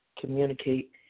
communicate